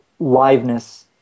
liveness